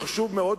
חשוב מאוד,